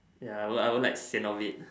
ya I will I will like sian of it